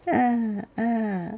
ah ah